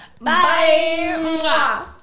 Bye